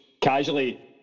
casually